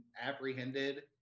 apprehended